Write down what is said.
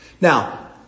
Now